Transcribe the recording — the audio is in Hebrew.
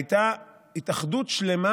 הייתה התאחדות שלמה